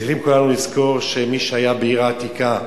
כולנו צריכים לזכור שמי שהיה בעיר העתיקה,